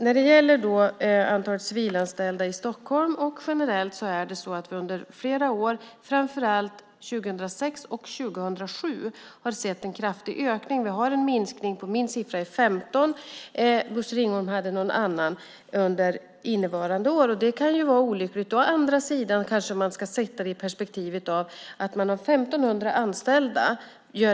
När det gäller antalet civilanställda i Stockholm och generellt är det så att vi under flera år, framför allt under åren 2006 och 2007, har sett en kraftig ökning. Min siffra för minskningen är 15 - Bosse Ringholm hade en annan siffra - under innevarande år. Det kan vara olyckligt. Å andra sidan ska man kanske se det i perspektivet av 1 500 anställda.